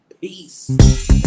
Peace